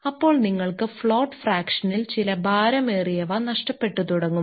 അപ്പോൾ നിങ്ങൾക്ക് ഫ്ളോട്ട് ഫ്രാക്ഷനിൽ ചില ഭാരമേറിയവ നഷ്ടപെട്ടു തുടങ്ങും